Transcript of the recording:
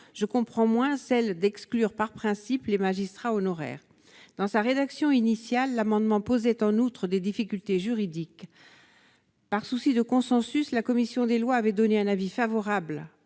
je comprends moins celle d'exclure par principe les magistrats honoraires dans sa rédaction initiale, l'amendement posait en outre des difficultés juridiques, par souci de consensus, la commission des Lois avait donné un avis favorable